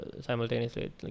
simultaneously